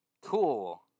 cool